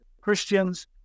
Christians